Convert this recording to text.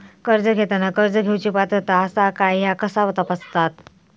कर्ज घेताना कर्ज घेवची पात्रता आसा काय ह्या कसा तपासतात?